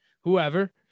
whoever